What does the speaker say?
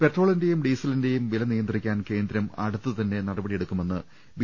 പെട്രോളിന്റെയും ഡീസലിന്റെയും വില് നിയന്ത്രിക്കാൻ കേന്ദ്രം അടുത്തുതന്നെ നടപടിയെടുക്കുമെന്ന് ബി